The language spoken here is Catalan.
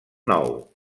nou